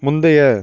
முந்தைய